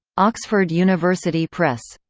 oxford university press.